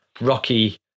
Rocky